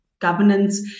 governance